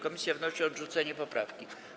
Komisja wnosi o odrzucenie poprawki.